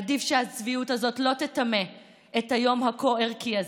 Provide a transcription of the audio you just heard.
עדיף שהצביעות הזאת לא תטמא את היום הכה-ערכי הזה.